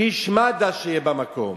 איש מד"א שיהיה במקום.